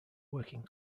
working